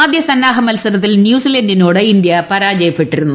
ആദ്യ സന്നാഹ മത്സരത്തിൽ ന്യൂസിലന്റിനോട് ഇന്ത്യ പരാജയപ്പെട്ടിരുന്നു